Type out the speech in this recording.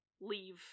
leave